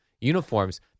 uniforms